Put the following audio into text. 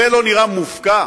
זה לא נראה מופקע?